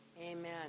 Amen